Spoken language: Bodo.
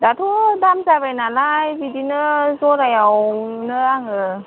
दाथ' दाम जाबाय नालाय बिदिनो ज'रायाव आङो